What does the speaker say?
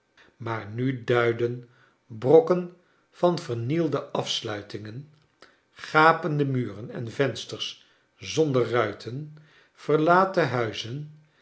maar nu duidden brokken van vernielde afsluitingen gapende muren en vensters zonder ruiten verlaten huizen